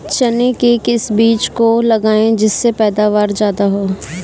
चने के किस बीज को लगाएँ जिससे पैदावार ज्यादा हो?